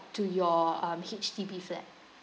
to your um H_D_B flat